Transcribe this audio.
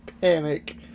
panic